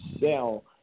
sell